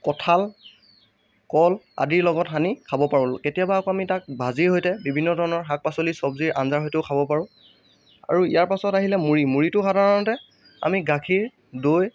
কঁঠাল কল আদিৰ লগত সানি খাব পাৰোঁ কেতিয়াবা আকৌ আমি তাক ভাজিৰ সৈতে বিভিন্ন ধৰণৰ শাক পাচলি চবজিৰ আঞ্জাৰ সৈতেও খাব পাৰোঁ আৰু ইয়াৰ পাছত আহিলে মুড়ি মুড়িটো সাধাৰণতে আমি গাখীৰ দৈ